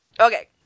Okay